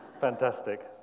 Fantastic